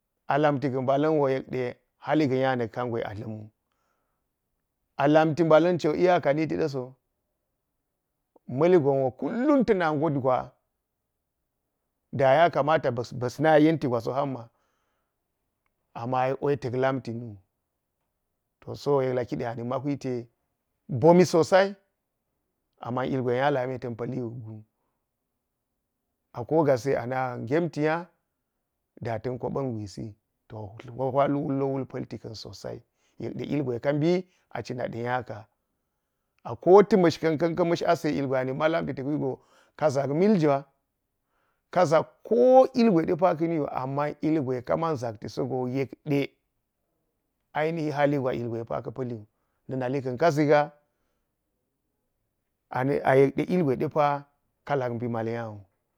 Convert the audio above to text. A lamti ga nya wo yekda haligo nya nak kangwe a tlamwu, a lamti balan cho iyaka niti ɗasp. Maligon wo kullum tana gotgwa daya kamata basna yenti gwaso panma, amma yekwai tak lamti nu. To so yeklaki de anik ma huite bomu sosai, amma ilgwe nya lame tan paliwugu. A kogasi ana gemti nya datan kopan guisi to huya wulwo wul palti kan sosai yekde ilgwe kabi a cina da nya ka, ako. Ta mshikan ƙa mash aase ilgwe miljwa kazak miljwa. Kazak ko ilgwe depa kaliwu amma ilgwe kaman zakti sowa yekde ainihi hali gwa ilgwe de pa ka paliwu na nalikan ka ʒiga. A yekde ilgwe depa kalak bi mal nya wu.